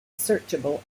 searchable